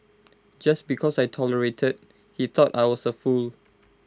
just because I tolerated he thought I was A fool